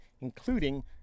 including